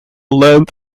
length